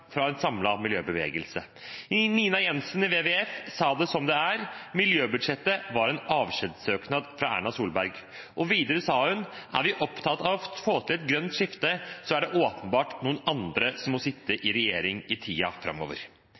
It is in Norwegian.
fra en samlet miljøbevegelse. Nina Jensen i WWF sa det som det er: Miljøbudsjettet var en avskjedssøknad fra Erna Solberg. Videre sa hun: Er vi opptatt av å få til et grønt skifte, er det åpenbart noen andre som må sitte i regjering i tiden framover.